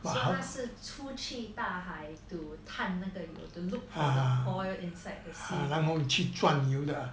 so 他是出去大海 to 探那个油 to look for oil inside the sea